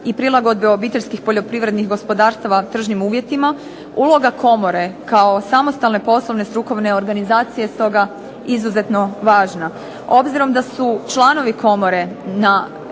i prilagodbe obiteljskih poljoprivrednih gospodarstva tržišnim uvjetima uloga komore kao samostalne poslovne strukovne organizacije stoga je izuzetno važna. Obzirom da su članovi komore na